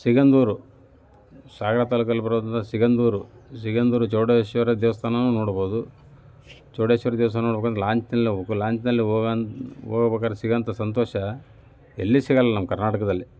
ಸಿಗಂಧೂರು ಸಾಗರ ತಾಲ್ಲೂಕಲ್ಲಿ ಬರುವ ಸಿಗಂದೂರು ಸಿಗಂಧೂರು ಚೌಡೇಶ್ವರಿ ದೇವಸ್ಥಾನವೂ ನೋಡ್ಬೋದು ಚೌಡೇಶ್ವರಿ ದೇವಸ್ಥಾನ ನೋಡೋಕ್ಕೆ ಲಾಂಚ್ನಲ್ಲಿ ಹೋಗಬೇಕು ಲಾಂಚ್ ಹೋಗೋನ್ ಹೋಗ್ಬೇಕಾದ್ರೆ ಸಿಗೋವಂಥ ಸಂತೋಷ ಎಲ್ಲಿಯೂ ಸಿಗಲ್ಲ ನಮ್ಮ ಕರ್ನಾಟಕದಲ್ಲಿ